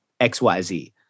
XYZ